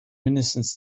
mindestens